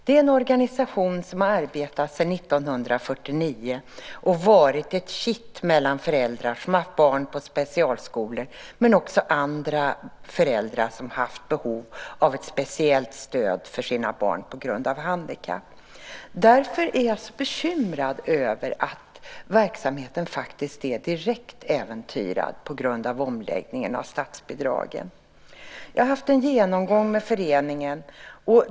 Det är en organisation som har arbetat sedan 1949 och varit ett kitt mellan föräldrar som haft barn på specialskolor men också mellan andra föräldrar som haft behov av ett speciellt stöd för sina barn på grund av handikapp. Därför är jag så bekymrad över att verksamheten faktiskt är direkt äventyrad på grund av omläggningen av statsbidragen. Jag har haft en genomgång med föreningen.